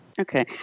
Okay